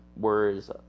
Whereas